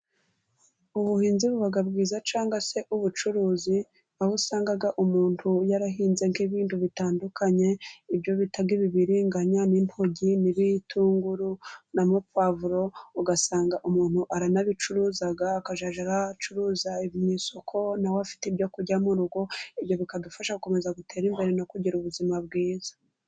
Ubuhinzi buba bwiza cyangwa se ubucuruzi . Aho usanga umuntu yarahinze nk'ibintu bitandukanye. Ibyo bita ibibiringanya n'intoryi n'ibitunguru n'amapuwavuro. Ugasanga umuntu aranabicuruza akajya abicuruza mu isoko, na we afite ibyo kurya mu rugo. Ibyo bikadufasha gukomeza gutera imbere no kugira ubuzima bwiza